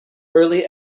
early